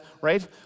right